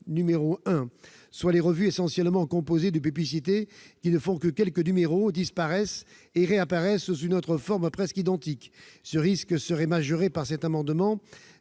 numéro », soit les revues essentiellement composées de publicités qui ne font que quelques numéros, disparaissent, et réapparaissent sous une autre forme presque identique. Ce risque serait majoré par cet amendement.